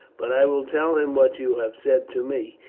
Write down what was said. but i will tell him what you have said to me.